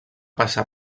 passar